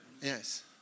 Yes